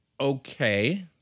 Okay